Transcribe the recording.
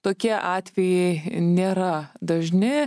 tokie atvejai nėra dažni